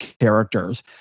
characters